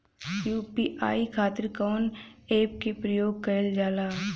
UPI खातीर कवन ऐपके प्रयोग कइलजाला?